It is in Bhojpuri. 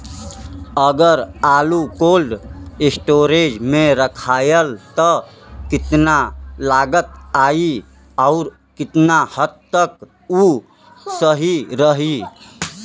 अगर आलू कोल्ड स्टोरेज में रखायल त कितना लागत आई अउर कितना हद तक उ सही रही?